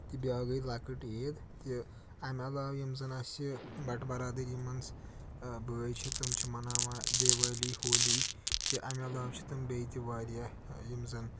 تہِ بیٛاکھ گٔے لۄکٕٹ عیٖد تہِ اَمہِ علاوٕ یِم زَن اَسہِ بَٹہٕ بَرادٔری منٛز بٲے چھِ تِم چھِ مَناوان دیوٲلی ہولی تہِ اَمہِ علاوٕ چھِ تِم بیٚیہِ تہِ واریاہ یِم زَن